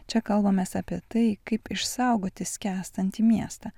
čia kalbamės apie tai kaip išsaugoti skęstantį miestą